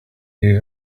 you